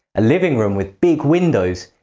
a living room with big windows,